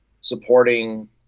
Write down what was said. supporting